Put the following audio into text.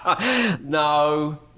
No